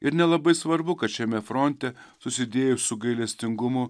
ir nelabai svarbu kad šiame fronte susidėjus su gailestingumu